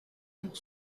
pour